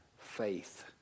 faith